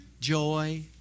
joy